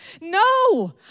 No